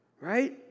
Right